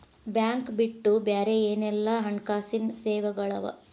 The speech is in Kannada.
ಬ್ಯಾಂಕ್ ಬಿಟ್ಟು ಬ್ಯಾರೆ ಏನೆಲ್ಲಾ ಹಣ್ಕಾಸಿನ್ ಸೆವೆಗಳವ?